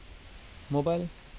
mobile